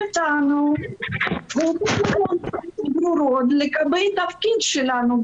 אתנו כדי שתהיה הגדרה לגבי התפקיד שלנו,